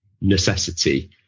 necessity